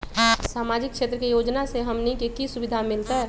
सामाजिक क्षेत्र के योजना से हमनी के की सुविधा मिलतै?